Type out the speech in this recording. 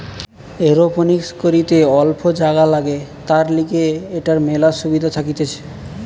aeroponics করিতে অল্প জাগা লাগে, তার লিগে এটার মেলা সুবিধা থাকতিছে